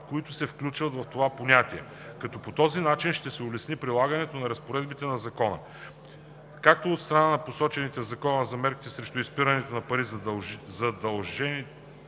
които се включват в това понятие, като по този начин ще се улесни прилагането на разпоредбите на Закона както от страна на посочени в Закона за мерките срещу изпирането на пари задължените